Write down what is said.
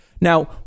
Now